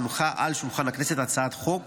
הונחה על שולחן הכנסת הצעת חוק